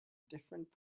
different